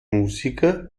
musiker